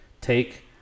take